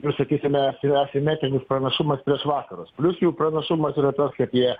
ir sakysime svariausia metinius pranašumas prieš vakarus plius jų pranašumas yra toks kad jie